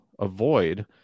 avoid